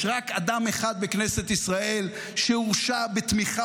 יש רק אדם אחד בכנסת ישראל שהורשע בתמיכה